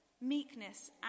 meekness